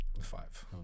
Five